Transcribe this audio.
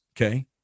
Okay